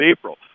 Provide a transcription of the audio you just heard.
April